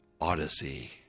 Odyssey